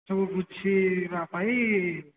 ସବୁ ବୁଝିବା ପାଇଁ